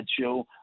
show